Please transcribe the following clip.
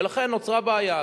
ולכן נוצרה בעיה.